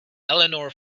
eleanor